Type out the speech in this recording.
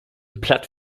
platt